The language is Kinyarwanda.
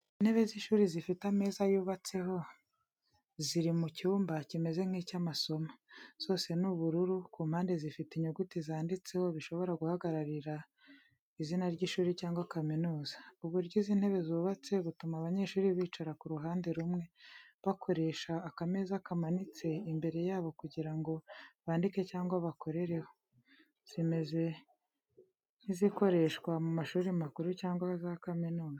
Intebe z’ishuri zifite ameza yubatseho, ziri mu cyumba kimeze nk’icy’amasomo. Zose ni ubururu, ku mpande zifite inyuguti zanditseho, bishobora guhagararira izina ry’ishuri cyangwa kaminuza. Uburyo izi ntebe zubatse butuma abanyeshuri bicara ku ruhande rumwe, bakoresha akameza kamanitse imbere yabo kugira ngo bandike cyangwa bakorereho. Zimeze nk’izikoreshwa mu mashuri makuru cyangwa za kaminuza.